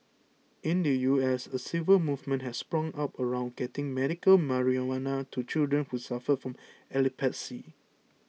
in the U S a civil movement has sprung up around getting medical marijuana to children who suffer from epilepsy